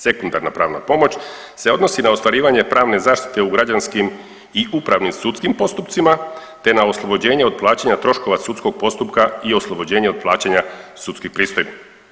Sekundarna pravna pomoć se odnosi na ostvarivanje pravne zaštite u građanskim i upravnim sudskim postupcima te na oslobođenje od plaćanja troškova sudskog postupka i oslobođenje od plaćanja sudskih pristojbi.